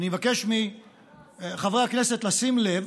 אני מבקש מחברי הכנסת לשים לב,